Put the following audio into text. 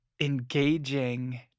engaging